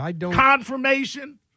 confirmation